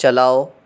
چلاؤ